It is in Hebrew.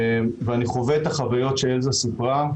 ואני חווה את החוויות שאלזה סיפרה,